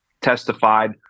testified